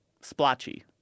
splotchy